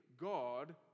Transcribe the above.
God